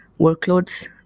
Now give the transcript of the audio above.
workloads